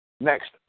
Next